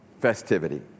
Festivity